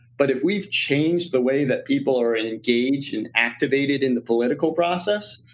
but if we've changed the way that people are engaged and activated in the political process,